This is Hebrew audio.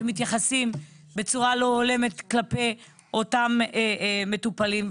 שמתייחסים בצורה לא הולמת כלפי אותם מטופלים.